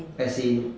as in